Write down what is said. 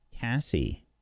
Cassie